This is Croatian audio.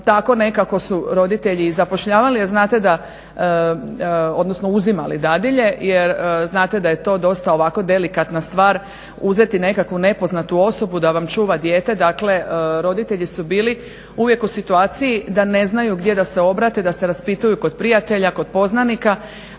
tako nekako su roditelji i zapošljavali, a znate da, odnosno uzimali dadilje jer znate da je to dosta ovako delikatna stvar uzeti nekakvu nepoznatu osobu da vam čuva dijete. Dakle, roditelji su bilu uvijek u situaciji da ne znaju gdje da se obrate, da se raspitaju kod prijatelja, poznanika.